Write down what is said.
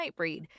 nightbreed